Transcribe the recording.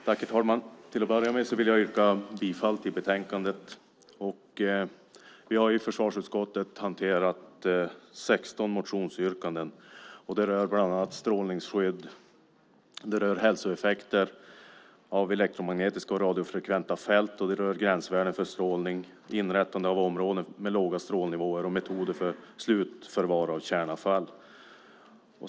Herr talman! Till att börja med vill jag yrka bifall till förslaget i betänkandet. Vi har i försvarsutskottet hanterat 16 motionsyrkanden. Det rör strålningsskydd, hälsoeffekter av elektromagnetiska och radiofrekventa fält, gränsvärden för strålning, inrättande av områden med låga strålnivåer och metoder för slutförvar av kärnavfall.